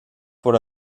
por